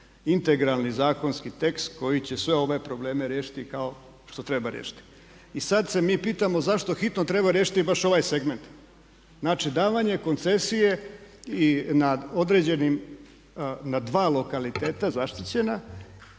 integralni zakonski tekst koji će sve ove probleme riješiti kao što treba riješiti. I sad se mi pitamo zašto hitno treba riješiti baš ovaj segment, znači davanje koncesije i nad određenim, na dva lokaliteta zaštićena